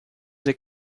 ser